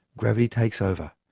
gravity takes over,